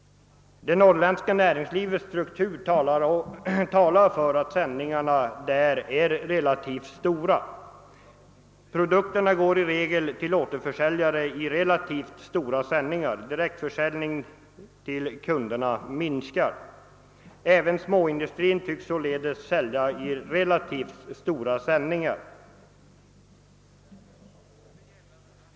Det norrländska näringslivets struktur talar för att sändningarna i Norrland är relativt stora. Produkterna går i regel till återförsäljare i relativt stora sändningar, samtidigt som direktförsäljningen till kunderna minskar. Även småindustrin tycks således arbeta med relativt stora sändningar.